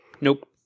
Nope